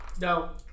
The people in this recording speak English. no